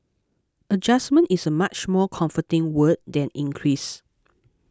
adjustment is a much more comforting word than increase